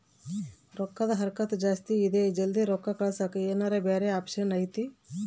ರೊಕ್ಕದ ಹರಕತ್ತ ಜಾಸ್ತಿ ಇದೆ ಜಲ್ದಿ ರೊಕ್ಕ ಕಳಸಕ್ಕೆ ಏನಾರ ಬ್ಯಾರೆ ಆಪ್ಷನ್ ಐತಿ?